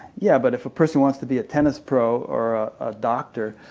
yeah, but if a person wants to be a tennis pro or a doctor,